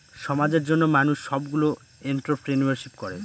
সমাজের জন্য মানুষ সবগুলো এন্ট্রপ্রেনিউরশিপ করে